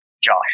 Josh